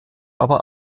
aber